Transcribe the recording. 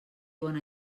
bona